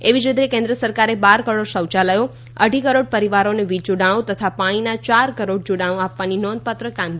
એવી જ રીતે કેન્દ્ર સરકારે બાર કરોડ શૌયાલયો અઢી કરોડ પરિવારોને વીજ જોડાણી તથા પાણીના ચાર કરોડ જોડાણી આપવાની નોંધપાત્ર કામગીરી કરી છે